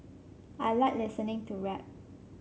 I like listening to rap